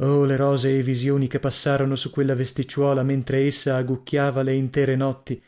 oh le rosee visioni che passarono su quella vesticciuola mentre essa agucchiava le intere notti